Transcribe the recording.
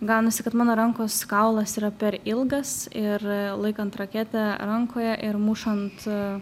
gaunasi kad mano rankos kaulas yra per ilgas ir laikant raketę rankoje ir mušant